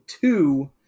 two